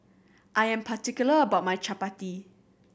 I am particular about my Chapati